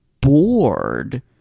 bored